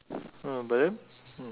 but then